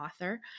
author